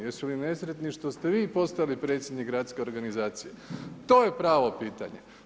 Jesu li nesretni što ste vi postali predsjednik gradske organizacije, to je pravo pitanje.